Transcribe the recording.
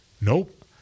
Nope